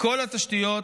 מכל התשתיות,